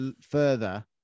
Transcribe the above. further